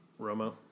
Romo